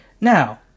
Now